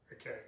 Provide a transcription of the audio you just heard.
Okay